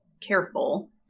careful